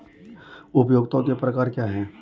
उपयोगिताओं के प्रकार क्या हैं?